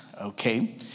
okay